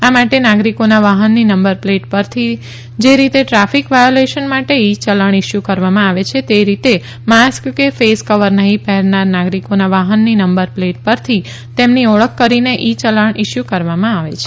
આ માટે નાગરીકોના વાહનની નંબર પ્લેટ પરથી જે રીતે ટ્રાફીક વાયોલેશન માટે ઇ ચલણ ઇસ્યુ કરવામાં આવે છે તે રીતે માસ્ક કે ફેસ કવર નહી પહેરનાર નાગરીકોના વાહનની નંબર પ્લેટ પરથી તેઓની ઓળખ કરીને ઇ ચલન ઇસ્યુ કરવામાં આવે છે